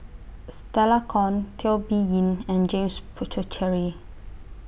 Stella Kon Teo Bee Yen and James Puthucheary